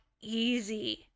easy